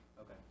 Okay